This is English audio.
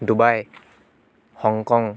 Dubai Hong Kong